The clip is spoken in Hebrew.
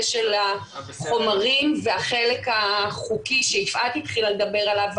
של החומרים והחלק החוקי שיפעת התחילה לדבר עליו,